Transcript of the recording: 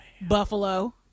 Buffalo